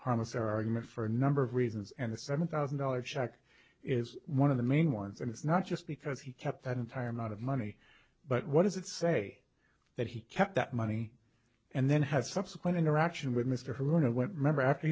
harness argument for a number of reasons and the seven thousand dollars check is one of the main ones and it's not just because he kept that entire amount of money but what does it say that he kept that money and then have subsequent interaction with mr hoon and went remember after